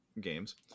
games